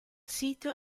sito